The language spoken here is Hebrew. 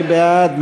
מי בעד?